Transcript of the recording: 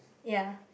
ya